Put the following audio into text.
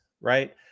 Right